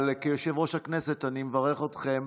אבל כיושב-ראש הכנסת אני מברך אתכם